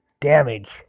damage